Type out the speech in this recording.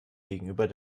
gegenüber